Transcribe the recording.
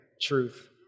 truth